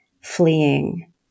fleeing